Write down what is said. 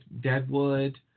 Deadwood